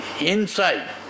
inside